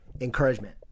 encouragement